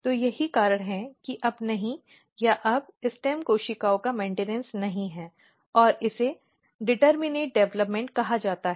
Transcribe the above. तो यही कारण है कि अब नहीं या अब स्टेम कोशिकाओं का मेन्टिनॅन्स नहीं है और इसे डिटर्मनेट डिवेलॅप्मॅन्ट कहा जाता है